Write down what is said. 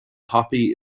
poppy